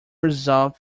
result